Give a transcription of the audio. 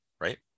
right